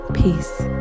Peace